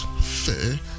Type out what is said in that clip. fair